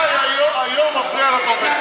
ממתי היו"ר מפריע לדובר?